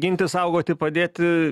ginti saugoti padėti